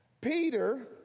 Peter